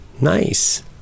Nice